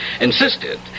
insisted